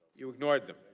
you ignore them.